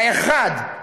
האחד,